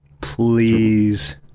Please